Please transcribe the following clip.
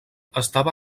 estava